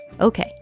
Okay